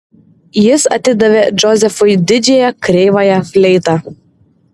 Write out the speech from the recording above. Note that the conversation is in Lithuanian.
jis atidavė džozefui didžiąją kreivąją fleitą